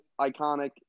iconic